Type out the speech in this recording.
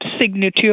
Signature